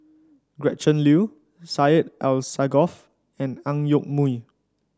Gretchen Liu Syed Alsagoff and Ang Yoke Mooi